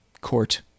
court